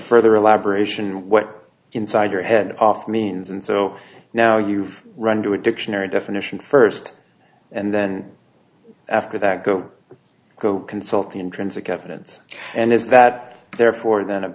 further elaboration what inside your head off means and so now you've run to a dictionary definition first and then after that go go consult the intrinsic evidence and is that therefore then